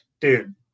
dude